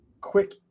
quick